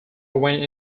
went